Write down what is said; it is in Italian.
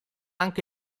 anche